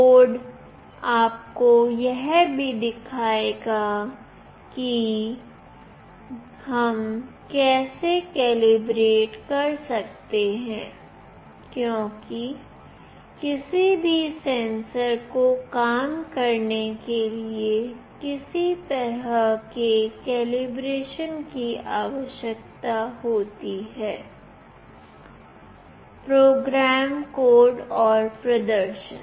board आपको यह भी दिखाएगा कि हम कैसे कैलिब्रेट कर सकते हैं क्योंकि किसी भी सेंसर को काम करने के लिए किसी तरह के कैलिब्रेशन की आवश्यकता होती है प्रोग्राम कोड और प्रदर्शन